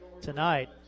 tonight